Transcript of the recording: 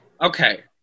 okay